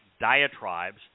diatribes